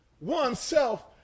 oneself